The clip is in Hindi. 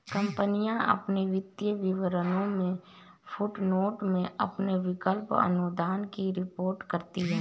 कंपनियां अपने वित्तीय विवरणों में फुटनोट में अपने विकल्प अनुदान की रिपोर्ट करती हैं